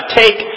take